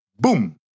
boom